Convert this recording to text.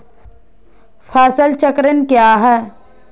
फसल चक्रण क्या है?